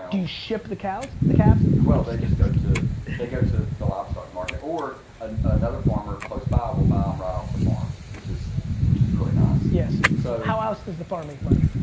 do you ship the cows, the calves? well they just go to, they go to the livestock market. or and another farmer close by will buy them um right off the farm. which is which is really nice. yes. so how else does the farm make money?